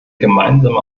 gemeinsame